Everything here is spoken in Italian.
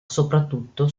soprattutto